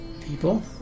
People